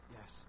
Yes